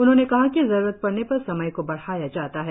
उन्होंने कहा कि जरुरत पड़ने पर समय को बढ़ाया जाता है